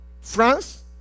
France